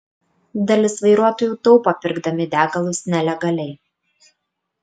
dalis vairuotojų taupo pirkdami degalus nelegaliai